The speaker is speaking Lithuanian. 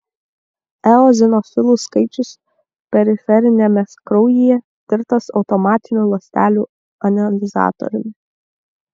eozinofilų skaičius periferiniame kraujyje tirtas automatiniu ląstelių analizatoriumi